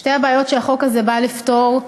שתי הבעיות שהחוק הזה בא לפתור,